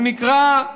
הוא נקרא: